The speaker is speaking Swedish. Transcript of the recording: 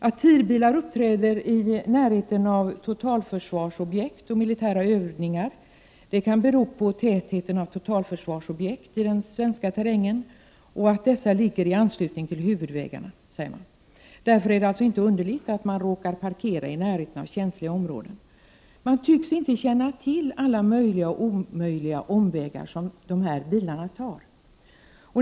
Att TIR-bilar uppträder i närheten av totalförsvarsobjekt och militära övningar kan bero på tätheten av totalförsvarsobjekt i den svenska terrängen och att dessa ligger i anslutning till huvudvägarna, sägs det. Därför är det alltså inte underligt att dessa bilar råkar parkera i närheten av känsliga områden. Man tycks inte känna till alla möjliga och omöjliga omvägar som dessa bilar tar.